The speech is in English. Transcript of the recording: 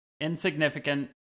insignificant